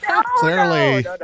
clearly